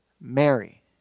Mary